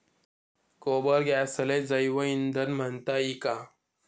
गोबर गॅसले जैवईंधन म्हनता ई का?